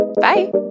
Bye